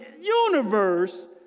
universe